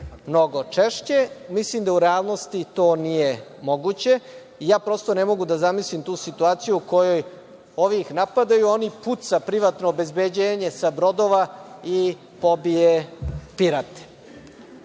mnogo češće, mislim da u realnosti to nije moguće. Prosto ne mogu da zamislim tu situaciju u kojoj ovi ih napadaju, a oni ih pucaju, privatno obezbeđenje sa brodova i pobije pirate. Dakle,